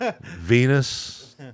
Venus